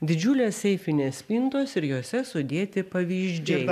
didžiulės seifinės spintos ir jose sudėti pavyzdžiai